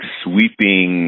sweeping